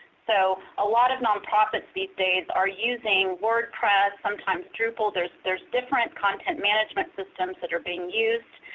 so a lot of nonprofits these days are using wordpress, sometimes drupal. there's there's different content management systems that are being used,